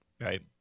Right